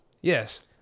yes